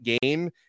game